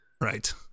Right